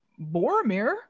Boromir